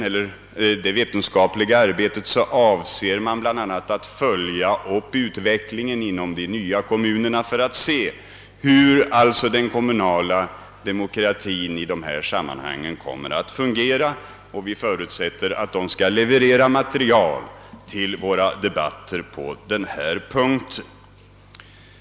Med det vetenskapliga arbetet avser man bl.a. att följa utvecklingen inom de nya kommunerna för att se hur den kommunala demokratin där kommer att fungera. Vi förutsätter att den utredningen skall leverera material till våra debatter på den punkten.